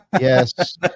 yes